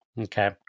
Okay